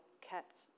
kept